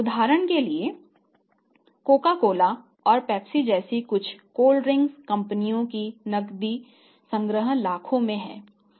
उदाहरण के लिए कोका कोला और पेप्सी जैसी कुछ कोल्ड ड्रिंक कंपनियों का नकदी संग्रह लाखों में है